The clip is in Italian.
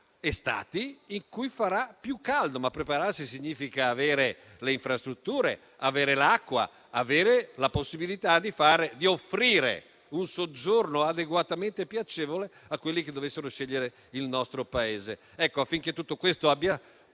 estati in cui farà più caldo; prepararsi significa avere le infrastrutture, avere l'acqua, avere la possibilità di offrire un soggiorno adeguatamente piacevole a quelli che dovessero scegliere il nostro Paese.